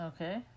Okay